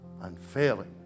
unfailing